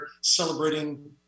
celebrating